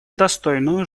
достойную